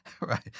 right